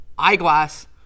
eyeglass